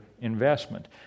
investment